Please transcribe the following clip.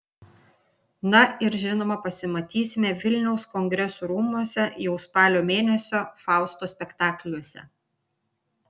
na ir žinoma pasimatysime vilniaus kongresų rūmuose jau spalio mėnesio fausto spektakliuose